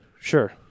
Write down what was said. Sure